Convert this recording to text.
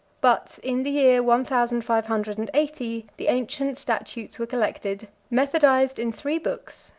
but in the year one thousand five hundred and eighty the ancient statutes were collected, methodized in three books,